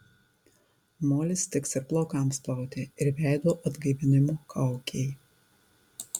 molis tiks ir plaukams plauti ir veido atgaivinimo kaukei